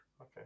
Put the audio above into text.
Okay